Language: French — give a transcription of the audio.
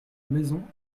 maisons